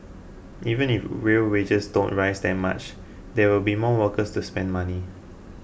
even if real wages don't rise that much there will be more workers to spend money